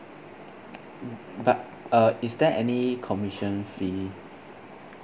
mm but uh is there any commission fee